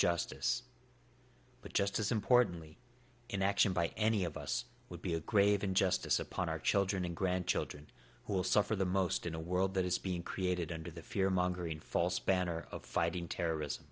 justice but just as importantly in action by any of us would be a grave injustice upon our children and grandchildren who will suffer the most in a world that is being created under the fear mongering false banner of fighting terrorism